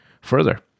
Further